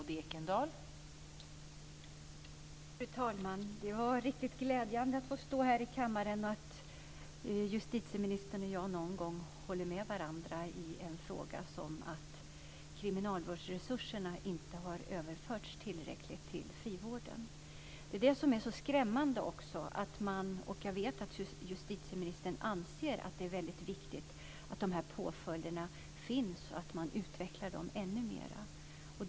Fru talman! Det var riktigt glädjande att få stå i kammaren när justitieministern och jag någon gång håller med varandra i en fråga som att kriminalvårdsresurserna inte har överförts tillräckligt till frivården. Jag vet att justitieministern anser att det är viktigt att påföljderna finns och att de utvecklas mer.